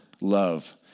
love